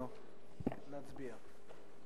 אנחנו נצביע.